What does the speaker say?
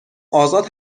آزاد